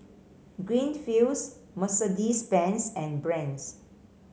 Greenfields Mercedes Benz and Brand's